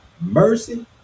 Mercy